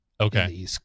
Okay